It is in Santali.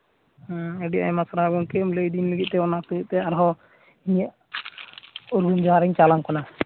ᱦᱮᱸ ᱟᱹᱰᱤ ᱟᱭᱢᱟ ᱥᱟᱨᱦᱟᱣ ᱜᱚᱢᱠᱮᱢ ᱞᱟᱹᱭ ᱫᱤᱧ ᱞᱟᱹᱜᱤᱫ ᱛᱮ ᱚᱱᱟ ᱦᱚᱛᱮᱫ ᱛᱮ ᱟᱨᱦᱚᱸ ᱤᱧᱟᱹᱜ ᱩᱨᱜᱩᱢ ᱡᱚᱦᱟᱨᱤᱧ ᱪᱟᱞᱟᱢ ᱠᱟᱱᱟ